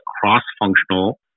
cross-functional